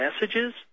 messages